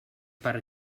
per